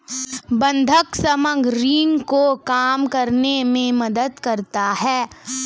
बंधक समग्र ऋण को कम करने में मदद करता है